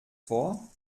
vor